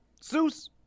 Seuss